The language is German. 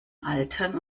altern